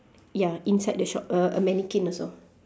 ya inside the shop uh a mannequin also